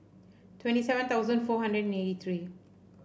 twenty seven thousand four hundred and eighty three